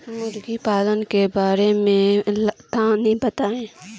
मुर्गी पालन के बारे में तनी बताई?